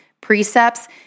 precepts